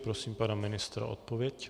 Prosím pana ministra o odpověď.